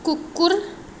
कुकुर